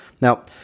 Now